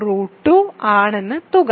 acbd√2 ആണെന്ന് തുക